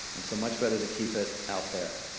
and so much better to keep it out there.